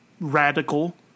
radical